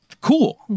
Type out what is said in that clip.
Cool